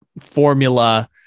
formula